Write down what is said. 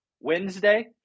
Wednesday